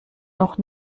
noch